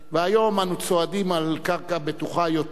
והיום אנו צועדים על קרקע בטוחה יותר.